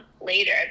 later